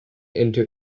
into